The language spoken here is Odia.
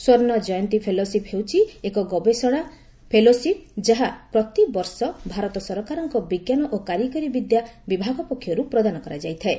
ସ୍ୱର୍ଣ୍ଣ ଜୟନ୍ତୀ ଫେଲୋସିପ୍ ହେଉଛି ଏକ ଗବେଷଣା ଫେଲୋସିପ୍ ଯାହା ପ୍ରତିବର୍ଷ ଭାରତ ସରକାରଙ୍କ ବିଜ୍ଞାନ ଓ କାରିଗରୀ ବିଦ୍ୟା ବିଭାଗ ପକ୍ଷରୁ ପ୍ରଦାନ କରାଯାଇଥାଏ